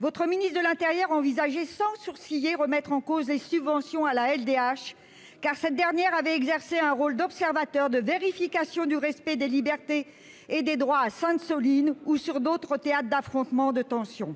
votre ministre de l'intérieur envisageait sans sourciller de remettre en cause les subventions à la LDH, car cette dernière avait exercé un rôle d'observateur et de vérification du respect des libertés et des droits à Sainte-Soline ou sur d'autres théâtres d'affrontements ou de tensions.